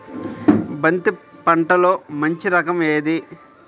బంతి పంటలో మంచి రకం ఏది?